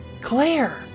Claire